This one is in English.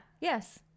yes